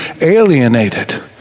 alienated